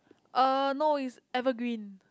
uh no it's evergreen